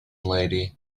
lady